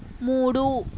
మూడు